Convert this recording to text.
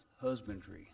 husbandry